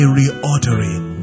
reordering